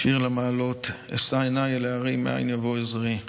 "שיר למעלות אשא עיני אל ההרים, מאין יבא עזרי.